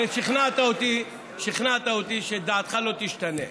הרי שכנעת אותי שדעתך לא תשתנה.